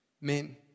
Men